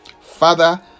Father